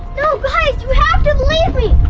no, guys, you have to believe me.